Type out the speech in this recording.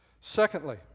Secondly